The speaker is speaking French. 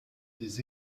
des